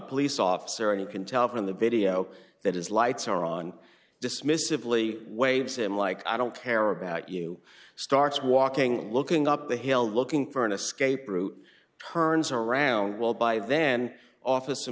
police officer and you can tell from the video that his lights are on dismissively waives him like i don't care about you starts walking looking up the hill looking for an escape route turns around well by then office